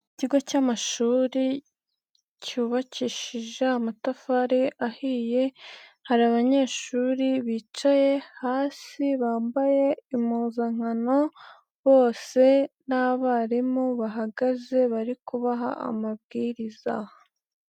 Ikigo cy'amashuri cyubakishije amatafari ahiye, hari abanyeshuri bicaye hasi bambaye impuzankano bose, n'abarimu bahagaze bari kubaha amabwiriza.